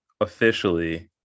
officially